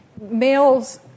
Males